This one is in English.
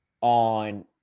on